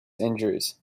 injuries